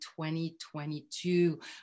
2022